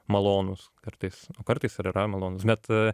malonūs kartais o kartais ir yra malonūs bet